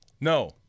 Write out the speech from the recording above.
No